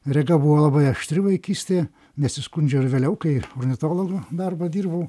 rega buvo labai aštri vaikystėje nesiskundžiau ir vėliau kai ornitologo darbą dirbau